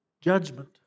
judgment